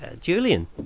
Julian